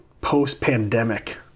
post-pandemic